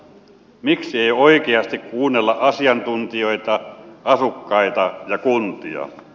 miksi ei oikeasti kuunnella asiantuntijoita asukkaita ja kuntia